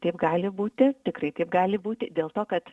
taip gali būti tikrai taip gali būti dėl to kad